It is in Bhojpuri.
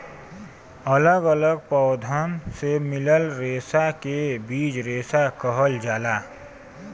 अलग अलग पौधन से मिलल रेसा के बीज रेसा कहल जाला